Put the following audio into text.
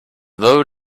low